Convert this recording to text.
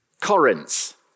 Corinth